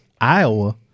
Iowa